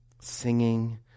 Singing